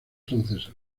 francesa